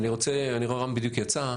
רם בדיוק יצא,